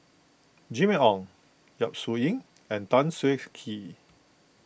Jimmy Ong Yap Su Yin and Tan Siah Kwee